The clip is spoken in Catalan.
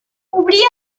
obrir